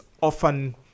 often